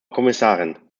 kommissarin